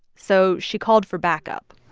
so she called for backup